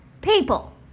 people